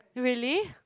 really